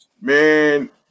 Man